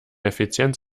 effizienz